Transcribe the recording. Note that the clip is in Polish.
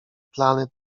plany